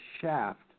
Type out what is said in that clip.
shaft